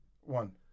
One